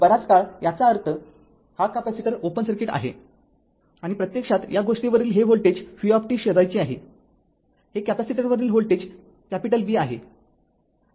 आणि बराच काळ याचा अर्थ हा कॅपेसिटर ओपन सर्किट आहे आणि प्रत्यक्षात या गोष्टीवरील हे व्होल्टेज v शोधायचे आहे हे कॅपेसिटर वरील व्होल्टेज B आहे